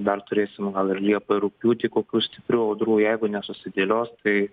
dar turėsim ir liepą rugpjūtį kokių stiprių audrų jeigu nesusidėlios tai